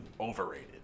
overrated